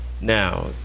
Now